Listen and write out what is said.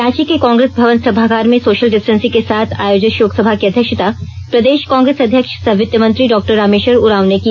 रांची के कांग्रेस भवन सभागार में सोशल डिस्टेसिंग के साथ आयोजित शोकसभा की अध्यक्षता प्रदेश कांग्रेस अध्यक्ष सह वित्तमंत्री डॉ रामेश्वर उरांव ने की